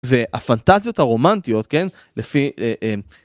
והפנטזיות הרומנטיות, כן, לפי